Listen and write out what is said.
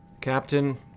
Captain